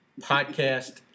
podcast